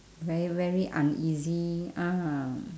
very very uneasy ah